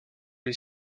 les